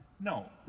No